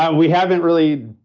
and we haven't really